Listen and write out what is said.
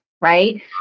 right